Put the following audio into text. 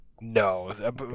no